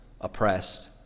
oppressed